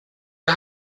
der